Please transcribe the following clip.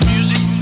Music